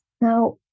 Now